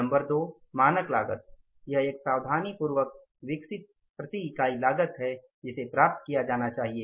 number दो मानक लागत एक सावधानीपूर्वक विकसित प्रति इकाई लागत है जिसे प्राप्त किया जाना चाहिए